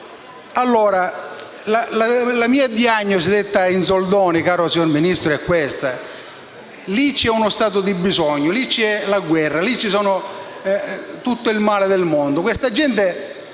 La mia diagnosi detta in soldoni, caro Ministro, è questa: lì c'è uno stato di bisogno, c'è la guerra, c'è tutto il male del mondo;